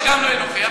שגם הוא לא יהיה נוכח,